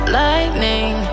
lightning